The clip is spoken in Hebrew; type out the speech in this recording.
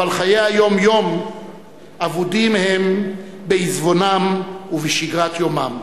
אבל חיי היום-יום אבודים הם בעיזבונם ובשגרת יומם.